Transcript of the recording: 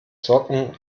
socken